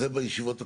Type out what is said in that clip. זה בישיבות הקודמות,